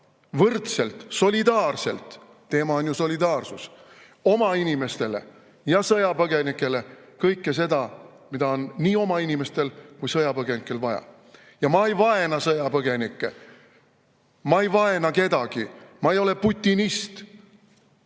võrdselt, solidaarselt – teema on ju solidaarsus – oma inimestele ja sõjapõgenikele kõike seda, mida on nii oma inimestel kui ka sõjapõgenikel vaja. Ma ei vaena sõjapõgenikke. Ma ei vaena kedagi. Ma ei ole putinist.